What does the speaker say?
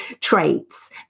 traits